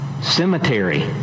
Cemetery